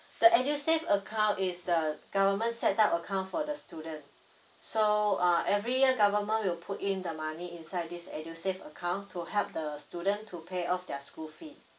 the edusave account is a government set up account for the student so uh every year government will put in the money inside this edusave account to help the student to pay off their school fee